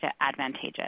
advantageous